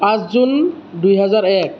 পাঁচ জুন দুই হাজাৰ এক